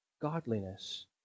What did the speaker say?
godliness